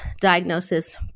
diagnosis